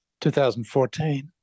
2014